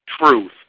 truth